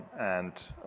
and